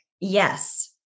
Yes